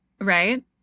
Right